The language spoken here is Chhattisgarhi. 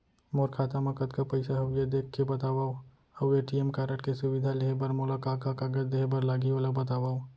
मोर खाता मा कतका पइसा हवये देख के बतावव अऊ ए.टी.एम कारड के सुविधा लेहे बर मोला का का कागज देहे बर लागही ओला बतावव?